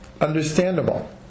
understandable